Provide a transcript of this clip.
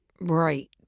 Right